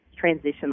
transition